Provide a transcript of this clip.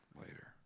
Later